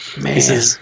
Man